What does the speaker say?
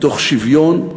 מתוך שוויון,